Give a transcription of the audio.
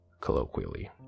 Colloquially